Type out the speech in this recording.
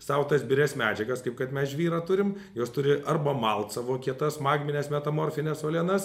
sau tas birias medžiagas kaip kad mes žvyrą turim jos turi arba malt savo kietas magmines metamorfines uolienas